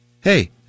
hey